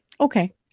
Okay